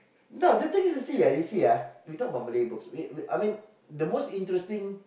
no the thing is you see ah you see ah we talk about Malay books I I mean the most interesting